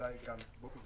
גם באופן כללי,